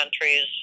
countries